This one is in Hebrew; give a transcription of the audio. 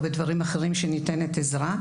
או בדברים אחרים שניתנת עזרה.